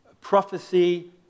prophecy